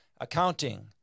accounting